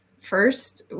first